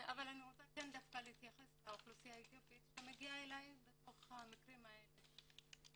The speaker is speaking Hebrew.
אבל אני רוצה להתייחס לאוכלוסייה האתיופית שמגיעה אליי במקרים האלה.